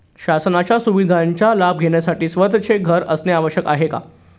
शासनाच्या सुविधांचा लाभ घेण्यासाठी स्वतःचे घर असणे आवश्यक आहे का?